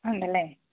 ഉണ്ടല്ലേ